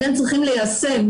אתם צריכים ליישם,